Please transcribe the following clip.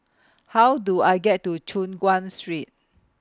How Do I get to Choon Guan Street